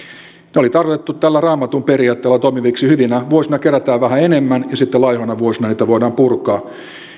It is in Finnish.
tämä oli tarkoitettu tällä raamatun periaatteella toimivaksi hyvinä vuosina kerätään vähän enemmän ja sitten laihoina vuosina niitä voidaan purkaa